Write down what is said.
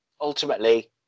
ultimately